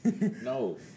No